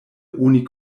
oni